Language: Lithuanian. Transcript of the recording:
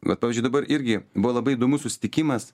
vat pavyzdžiui dabar irgi buvo labai įdomus susitikimas